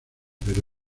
pero